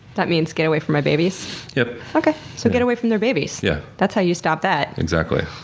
that means, get away from my babies? yep. okay. so get away from their babies. yeah that's how you stop that. exactly.